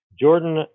Jordan